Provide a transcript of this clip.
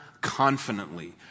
confidently